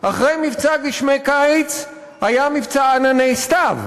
אחרי מבצע "גשמי קיץ" היה מבצע "ענני סתיו",